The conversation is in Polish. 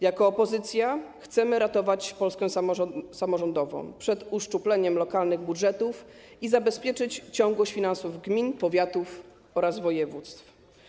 Jako opozycja chcemy ratować Polskę samorządową przed uszczupleniem lokalnych budżetów i zabezpieczyć ciągłość finansów gmin, powiatów oraz województw.